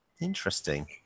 Interesting